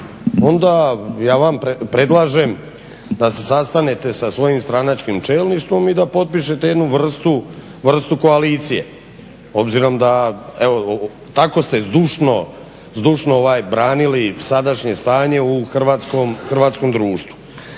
onda ja vam predlažem da se sastanete sa svojim stranačkim čelništvom i da potpišete jednu vrstu koalicije, obzirom da, tako ste zdušno branili sadašnje stanje u Hrvatskom društvu.